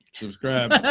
subscribe!